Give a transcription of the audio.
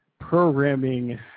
programming